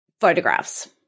photographs